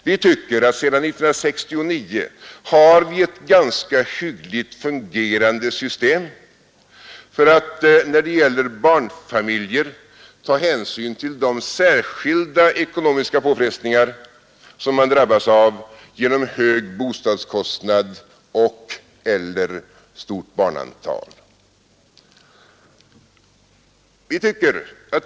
Vi tycker att det sedan 1969 finns ett hyggligt fungerande system när det gäller att ta hänsyn till de ekonomiska påfrestningar som barnfamiljerna drabbas av genom höga bostadskostnader och/eller stort barnantal.